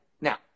Now